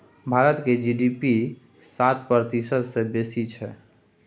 भारतक जी.डी.पी सात प्रतिशत सँ बेसी छै